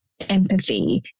empathy